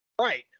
Right